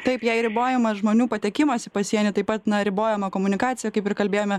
taip jei ribojamas žmonių patekimas į pasienį taip pat na ribojama komunikacija kaip ir kalbėjome